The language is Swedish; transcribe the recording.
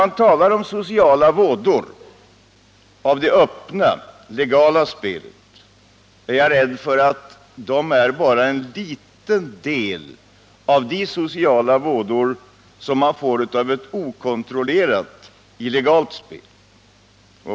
Det talas om sociala vådor av det öppna, legala spelet, men jag är rädd för att dessa vådor bara utgör en liten del av de sociala vådor som orsakas av ett okontrollerat, illegalt spel.